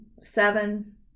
Seven